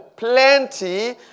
plenty